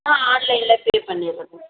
ஆ ஆன்லைன்ல பே பண்ணிடுறேங்க ம்